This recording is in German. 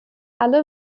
alle